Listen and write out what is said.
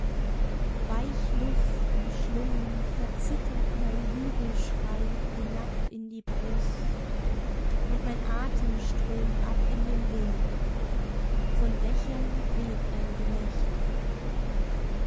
heut küssen weichluft umschlungen verzittert mein jubelschrei hinab in die brust und mein atem strömt ab in den wind von dächern weht ein gelächter